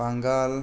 बांगाल